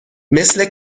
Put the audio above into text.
مثل